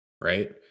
Right